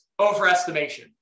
overestimation